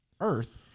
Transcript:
Earth